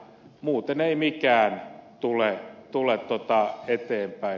muuten ei mikään mene eteenpäin